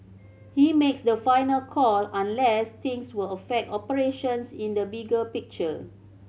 he makes the final call unless things will affect operations in the bigger picture